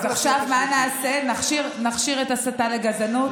אז עכשיו מה נעשה, נכשיר הסתה לגזענות?